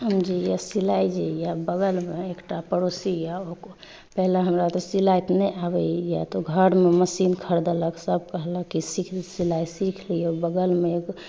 हम जे यऽ सिलाइ जे यऽ बगल मे एकटा पड़ोसी यऽ पहिले हमरा ओते सिलाइ तऽ नहि आबैयऽ त घर मे मशीन खरीदलक सब कहलक की सीख सिलाइ सीख लिए बगल मे एगो